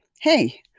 hey